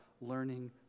learning